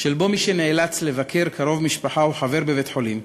שבו מי שנאלץ לבקר קרוב משפחה או חבר בבית-חולים,